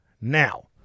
Now